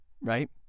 right